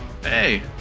Hey